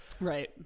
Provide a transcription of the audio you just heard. right